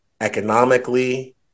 economically